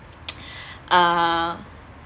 uh